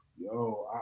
Yo